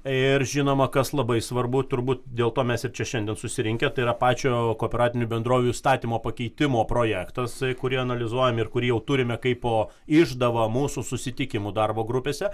ir žinoma kas labai svarbu turbūt dėl to mes ir čia šiandien susirinkę tai yra pačio kooperatinių bendrovių įstatymo pakeitimo projektas kurį analizuojam ir kur jau turime kaipo išdava mūsų susitikimų darbo grupėse